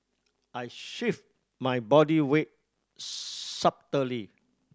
I shift my body weight subtly